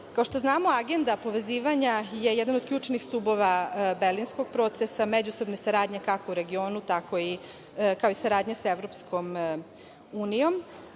što znamo, agenda povezivanja je jedan od ključnih stubova berlinskog procesa, međusobne saradnje, kako u regionu, kao i saradnje sa EU.